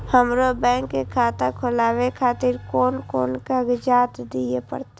हमरो बैंक के खाता खोलाबे खातिर कोन कोन कागजात दीये परतें?